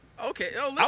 Okay